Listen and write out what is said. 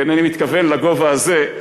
איני מתכוון לגובה הזה,